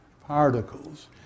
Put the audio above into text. particles